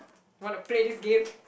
want to play this game